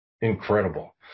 incredible